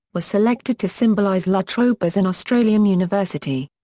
was selected to symbolise la trobe as an australian university.